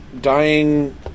dying